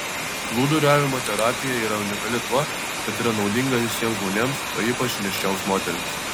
plūduriavimo terapija yra unikali tuo kad yra naudinga visiems žmonėms o ypač nėščioms moterims